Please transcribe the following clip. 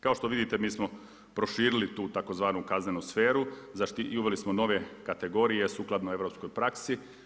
Kao što vidite mi smo proširili tu tzv. kaznenu sferu i uveli smo nove kategorije sukladno europskoj praksi.